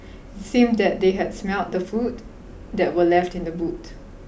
it seemed that they had smelt the food that were left in the boot